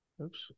Oops